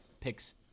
picks